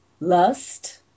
lust